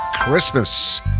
Christmas